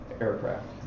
aircraft